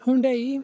Hyundai